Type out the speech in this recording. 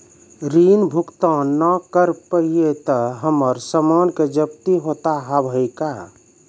ऋण भुगतान ना करऽ पहिए तह हमर समान के जब्ती होता हाव हई का?